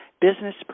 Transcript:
business